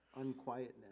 unquietness